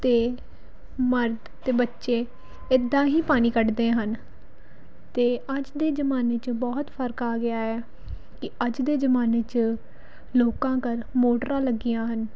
ਅਤੇ ਮਰਦ ਅਤੇ ਬੱਚੇ ਇੱਦਾਂ ਹੀ ਪਾਣੀ ਕੱਢਦੇ ਹਨ ਅਤੇ ਅੱਜ ਦੇ ਜ਼ਮਾਨੇ 'ਚ ਬਹੁਤ ਫਰਕ ਆ ਗਿਆ ਆ ਕਿ ਅੱਜ ਦੇ ਜ਼ਮਾਨੇ 'ਚ ਲੋਕਾਂ ਘਰ ਮੋਟਰਾਂ ਲੱਗੀਆਂ ਹਨ